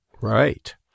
right